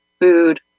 food